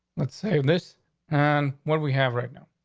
let's say this and what we have right now.